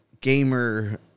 gamer